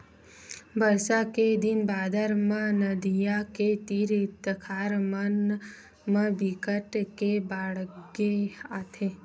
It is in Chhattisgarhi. बरसा के दिन बादर म नदियां के तीर तखार मन म बिकट के बाड़गे आथे